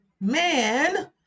man